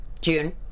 June